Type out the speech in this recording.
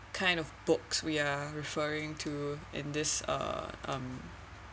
kind of books we are referring to in this uh um